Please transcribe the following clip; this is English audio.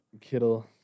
Kittle